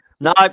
No